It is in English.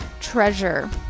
treasure